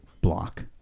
block